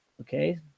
Okay